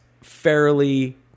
fairly